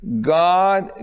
god